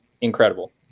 Incredible